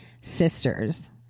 sisters